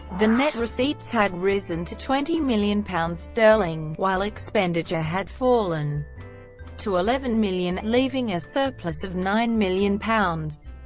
the net receipts had risen to twenty million pounds sterling, while expenditure had fallen to eleven million, leaving a surplus of nine million pounds.